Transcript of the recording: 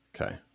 Okay